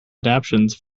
adaptions